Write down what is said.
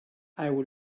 i’ll